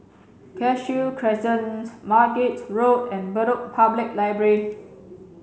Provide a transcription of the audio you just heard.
Cashew Crescent Margate Road and Bedok Public Library